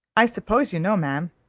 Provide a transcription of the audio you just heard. i suppose you know, ma'am,